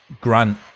Grant